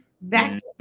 back